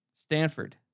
Stanford